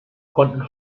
konnten